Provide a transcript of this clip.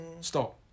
stop